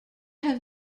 have